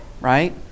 Right